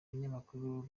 umunyamakuru